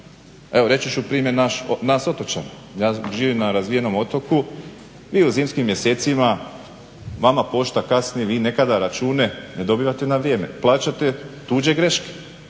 Evo reći ću primjer nas otočana. Ja živim na razvijenom otoku i u zimskim mjesecima vama pošta kasni, vi nekada račune ne dobivate na vrijeme, plaćate tuđe greške,